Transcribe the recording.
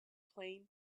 plain